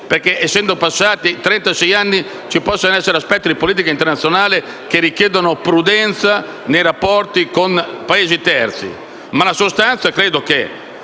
perché, essendo passati trentasei anni, possono esserci aspetti di politica internazionale che richiedono prudenza nei rapporti con Paesi terzi, ma nella sostanza dobbiamo